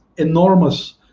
enormous